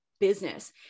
business